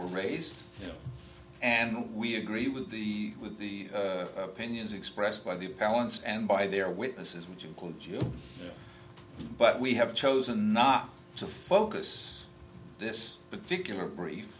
were raised and we agree with the with the opinions expressed by the palace and by their witnesses which include you but we have chosen not to focus this particular brief